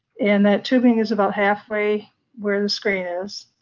and that tubing is about halfway where the screen is.